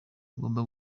ngomba